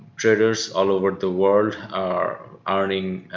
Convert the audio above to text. traders all over the world are earning